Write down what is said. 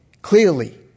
clearly